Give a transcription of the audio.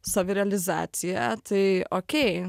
savirealizacija tai okei